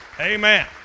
Amen